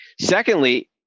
Secondly